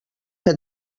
que